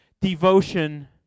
devotion